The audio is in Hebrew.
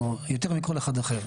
יותר מכל אחד אחר.